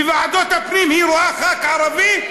בוועדות הפנים היא רואה חבר כנסת ערבי,